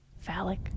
phallic